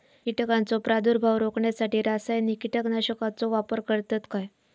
कीटकांचो प्रादुर्भाव रोखण्यासाठी रासायनिक कीटकनाशकाचो वापर करतत काय?